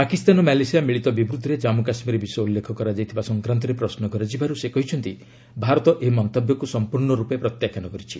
Pakistan Malaysia ମିଳିତ ବିବୃତ୍ତିରେ ଜାନ୍ମୁ କାଶ୍ଲୀର ବିଷୟ ଉଲ୍ଲେଖ କରାଯାଇଥିବା ସଂକ୍ରାନ୍ତରେ ପ୍ରଶ୍ମ କରାଯିବାରୁ ସେ କହିଛନ୍ତି ଭାରତ ଏହି ମନ୍ତବ୍ୟକ୍ ସମ୍ପର୍ଣ୍ଣ ରୂପେ ପ୍ରତ୍ୟାଖ୍ୟାନ କରିଛି